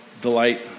delight